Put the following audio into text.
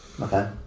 Okay